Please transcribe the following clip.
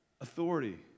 authority